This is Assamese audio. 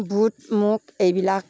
বুট মুগ এইবিলাক